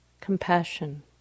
compassion